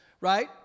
right